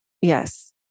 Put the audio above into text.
Yes